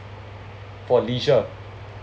for leisure